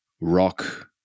rock